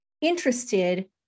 interested